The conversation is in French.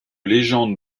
légende